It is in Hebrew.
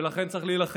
אחריות על אנשים?